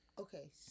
Okay